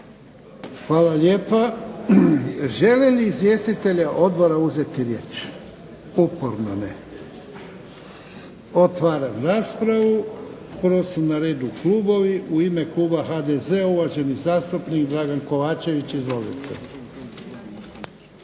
Hvala lijepa. Žele li izvjestitelji odbora uzeti riječ? Ne. Otvaram raspravu. Prvo su na redu klubovi. U ime kluba HDZ-a uvaženi zastupnik Dragan Kovačević. Izvolite.